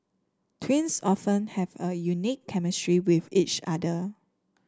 twins often have a unique chemistry with each other